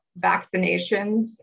vaccinations